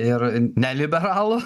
ir ne liberalų